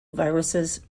viruses